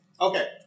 Okay